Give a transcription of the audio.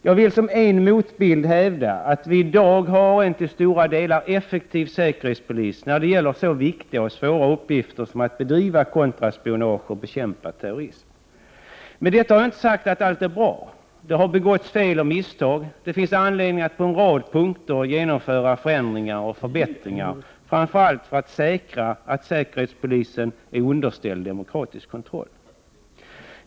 Jag vill som en motbild hävda att vi i dag har en till stora delar effektiv säkerhetspolis när det gäller så viktiga och svåra uppgifter som att bedriva kontraspionage och bekämpa terrorism. Med detta har jag inte sagt att allt är bra. Det har begåtts fel och misstag. Det finns anledning att på en rad punkter genomföra förändringar och förbättringar, framför allt att säkra att säkerhetspolisen är underställd demokratisk kontroll.